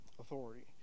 authority